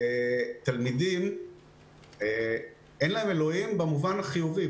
תלמידים אין להם אלוהים במובן החיובי,